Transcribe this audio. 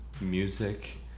music